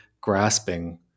grasping